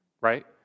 right